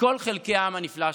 מכל חלקי העם הנפלא שלנו.